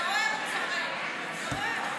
תראה, אתה רואה?